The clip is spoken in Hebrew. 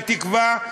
בתקווה,